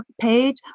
page